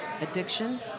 addiction